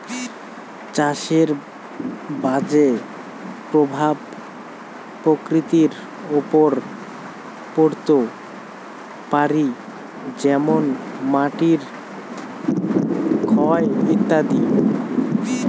চাষের বাজে প্রভাব প্রকৃতির ওপর পড়ত পারি যেমন মাটির ক্ষয় ইত্যাদি